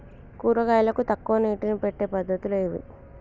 కూరగాయలకు తక్కువ నీటిని పెట్టే పద్దతులు ఏవి?